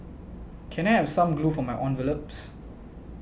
can I have some glue for my envelopes